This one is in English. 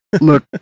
Look